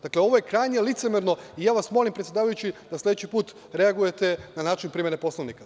Dakle, ovo je krajnje licemerno i ja vas molim, predsedavajući, da sledeći put reagujete na način primene Poslovnika.